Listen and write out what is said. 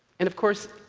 and of course,